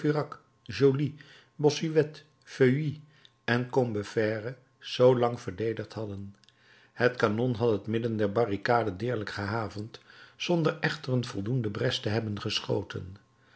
bossuet feuilly en combeferre zoo lang verdedigd hadden het kanon had het midden der barricade deerlijk gehavend zonder echter een voldoende bres te hebben geschoten